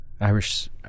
Irish